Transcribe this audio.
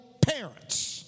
parents